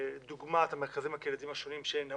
דוגמת המרכזים הקהילתיים השונים שהם עמותות,